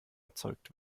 erzeugt